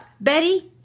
Betty